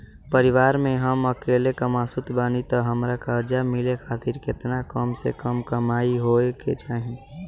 परिवार में हम अकेले कमासुत बानी त हमरा कर्जा मिले खातिर केतना कम से कम कमाई होए के चाही?